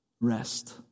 rest